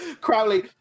Crowley